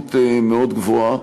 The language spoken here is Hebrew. עצימות מאוד גבוהה.